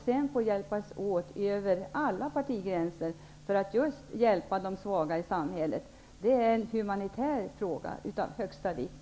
Sedan får vi hjälpas åt över alla partigränser för att hjälpa de svaga i samhället. Det är en humanitär fråga av högsta vikt.